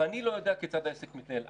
ואני לא יודע כיצד העסק מתנהל,